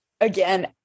again